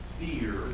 fear